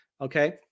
Okay